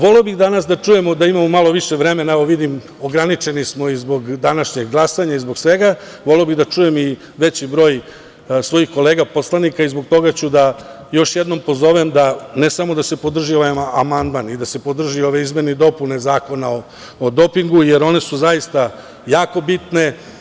Voleo bih danas da čujemo, da imamo malo više vremena, evo, vidimo, ograničeni smo i zbog današnjeg glasanja i zbog svega, voleo bih da čujem veći broj svojih kolega poslanika i zbog toga ću još jednom pozovem da ne samo da se podrži ovaj amandman i da se podrže ove izmene i dopune Zakona o dopingu, jer one su zaista jako bitne.